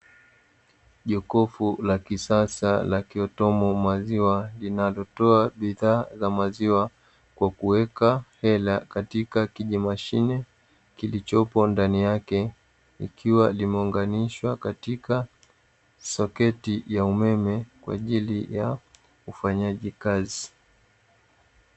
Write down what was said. Jokofu la kisasa la kiutomu maziwa linalotoa bidhaa za maziwa kwa kuweka hela katika kijimashine kilichopo ndani yake ikiwa limeunganishwa katika soketi ya umeme kwa ajili ya ufanyaji kazi.